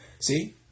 See